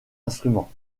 instrument